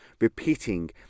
repeating